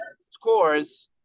scores